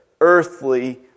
earthly